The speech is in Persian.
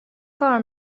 کار